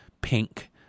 pink